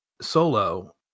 Solo